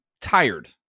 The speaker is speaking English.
tired